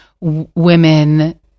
women